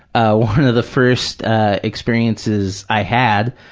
ah one of the first experiences i had,